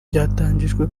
ryatangijwe